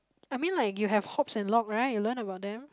I mean like you have hops and log right you learn about them